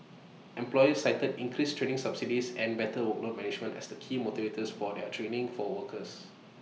employers cited increased training subsidies and better workload management as the key motivators for their training for workers